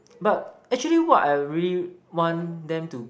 but actually what I really want them to